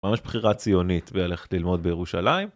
ממש בחירה ציונית וללכת ללמוד בירושלים...